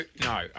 no